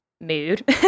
mood